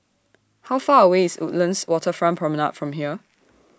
How Far away IS Woodlands Waterfront Promenade from here